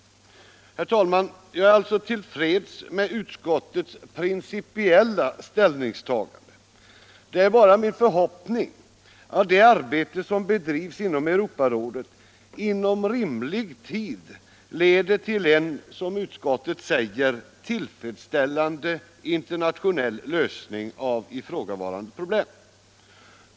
Herr talman! Jag är alltså till freds med utskottets principiella ställningstagande. Det är bara min förhoppning att det arbete som bedrivs inom Europarådet inom rimlig tid leder till en, som utskottet säger, tillfredsställande internationell lösning av ifrågavarande problem.